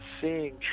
seeing